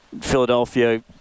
Philadelphia